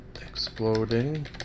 exploding